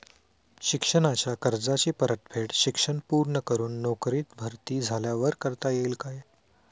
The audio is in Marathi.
शिक्षणाच्या कर्जाची परतफेड शिक्षण पूर्ण करून नोकरीत भरती झाल्यावर करता येईल काय?